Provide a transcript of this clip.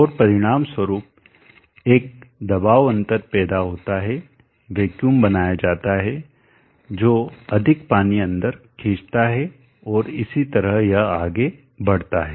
और परिणामस्वरूप एक दबाव अंतर पैदा होता है वैक्यूम बनाया जाता है जो अधिक पानी अन्दर खिचंता है और इसी तरह यह आगे बढ़ता है